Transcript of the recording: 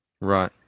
Right